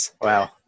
wow